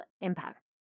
impact